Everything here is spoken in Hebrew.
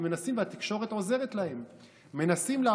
והם מנסים,